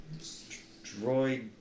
droid